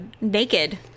naked